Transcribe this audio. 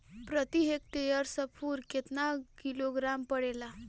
प्रति हेक्टेयर स्फूर केतना किलोग्राम पड़ेला?